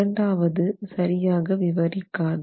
இரண்டாவது சரியாக விவரிக்காது